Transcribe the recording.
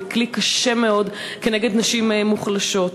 וכלי קשה מאוד כנגד נשים מוחלשות.